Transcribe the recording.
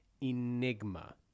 Enigma